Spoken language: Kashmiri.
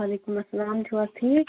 وعلیکم اَسَلام چھُو حظ ٹھیٖک